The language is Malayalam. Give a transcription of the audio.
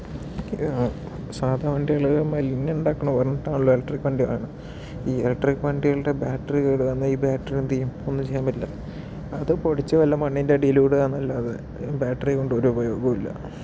സാദാ വണ്ടികള് മാലിന്യമുണ്ടാക്കുന്നുവെന്ന് പറഞ്ഞിട്ടാണല്ലോ ഇലക്ട്രിക്ക് വണ്ടി ഈ ഇലക്ട്രിക് വണ്ടികളുടെ ബാറ്ററി കേട് വന്നാൽ ഈ ബാറ്ററി എന്തു ചെയ്യും ഒന്നും ചെയ്യാൻ പറ്റില്ല അത് പൊടിച്ച് വല്ല മണ്ണിന്റെയടിയിലും ഇടുക എന്നല്ലാതെ ബാറ്ററി കൊണ്ട് ഒരുപയോഗവും ഇല്ല